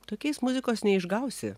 tokiais muzikos neišgausi